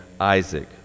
Isaac